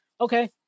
okay